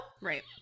Right